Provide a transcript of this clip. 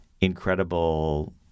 incredible